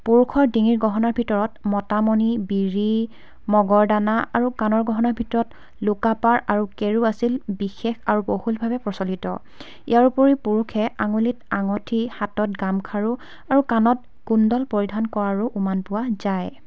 পুৰুষৰ ডিঙিৰ গহনাৰ ভিতৰত মতা মণি বিৰি মগৰ দানা আৰু কাণৰ গহনাৰ ভিতৰত লোকাপাৰ আৰু কেৰু আছিল বিশেষ আৰু বহুলভাৱে প্ৰচলিত ইয়াৰ উপৰি পুৰুষে আঙুলি আঙুঠি হাতত গামখাৰু আৰু কাণত কুণ্ডল পৰিধান কৰাৰো উমান পোৱা যায়